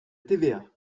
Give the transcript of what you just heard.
tva